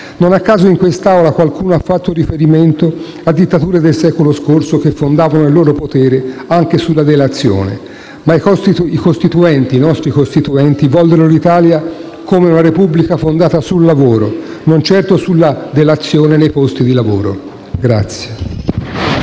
Non a caso, in quest'Aula qualcuno ha fatto riferimento a dittature del secolo scorso, che fondavano il loro potere anche sulla delazione. Ma i nostri Costituenti vollero l'Italia come una Repubblica fondata sul lavoro, non certo sulla delazione nei posti di lavoro.